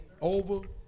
Over